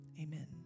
Amen